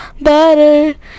better